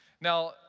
now